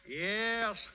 Yes